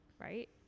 right